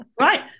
right